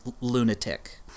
lunatic